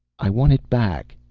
i want it back,